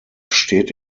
steht